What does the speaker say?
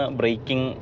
breaking